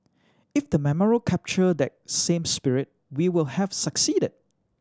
if the memorial captured that same spirit we will have succeeded